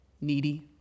needy